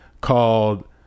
called